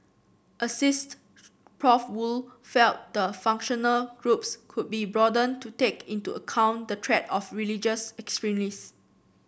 asst Professor Woo felt the functional groups could be broadened to take into account the threat of religious